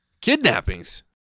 Kidnappings